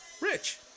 rich